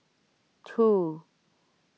two